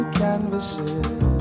canvases